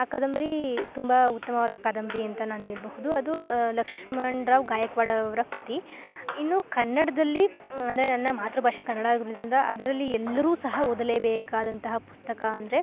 ಆ ಕಾದಂಬರಿ ತುಂಬ ಉತ್ತಮವಾದ ಕಾದಂಬರಿ ಅಂತ ನಾನು ಹೇಳ್ಬಹುದು ಅದು ಲಕ್ಷ್ಮಣ ರಾವ್ ಗಾಯಕ್ವಾಡ್ ಅವರ ಕೃತಿ ಇನ್ನು ಕನ್ನಡದಲ್ಲಿ ಅಂದರೆ ನನ್ನ ಮಾತೃಭಾಷೆ ಕನ್ನಡ ಆಗಿರೋದರಿಂದ ಅದರಲ್ಲಿ ಎಲ್ಲರು ಸಹ ಓದಲೇ ಬೇಕಾದಂತಹ ಪುಸ್ತಕ ಅಂದರೆ